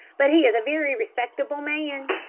but he is a very respectable man,